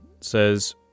says